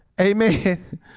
Amen